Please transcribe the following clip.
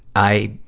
i,